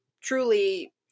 truly